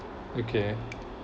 okay